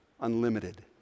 unlimited